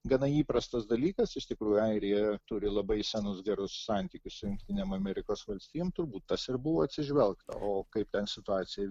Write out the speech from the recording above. gana įprastas dalykas iš tikrųjų airija turi labai senus gerus santykius su jungtinėm amerikos valstijom turbūt tas ir buvo atsižvelgta o kaip ten situacija